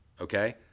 Okay